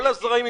כל הזרמים,